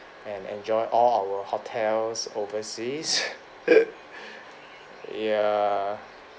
and enjoy all our hotels overseas ya